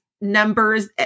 numbers